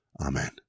Amen